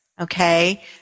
Okay